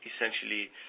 essentially